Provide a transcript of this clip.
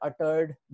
uttered